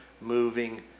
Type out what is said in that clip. moving